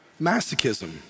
masochism